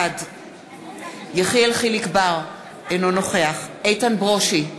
בעד יחיאל חיליק בר, אינו נוכח איתן ברושי,